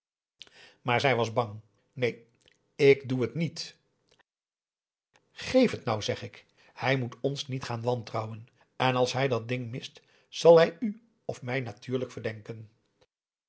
maar zij was bang neen ik doe het niet bram ik doe het niet geef het nou zeg ik hij moet ons niet gaan wantrouwen en als hij dat ding mist zal hij u of mij natuurlijk verdenken